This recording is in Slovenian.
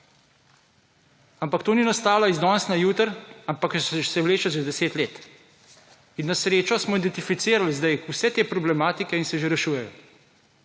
ampak to ni nastalo iz danes na jutri, ampak se vleče že deset let in na srečo smo identificirali zdaj vse te problematike in se že rešujejo,